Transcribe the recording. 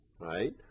right